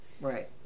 Right